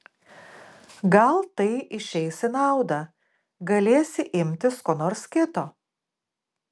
gal tai išeis į naudą galėsi imtis ko nors kito